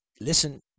listen